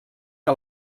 que